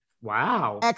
Wow